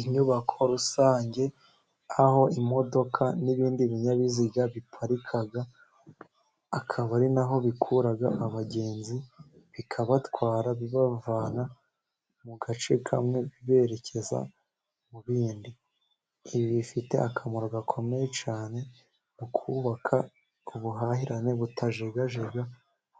Inyubako rusange aho imodoka n'ibindi binyabiziga biparika, akaba ari na ho bikura abagenzi bikabatwara bibavana mu gace kamwe biberekeza mu bindi, ibi bifite akamaro gakomeye cyane mu kubaka ubuhahirane butajegajega